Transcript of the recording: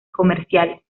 comerciales